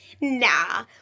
Nah